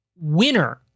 winner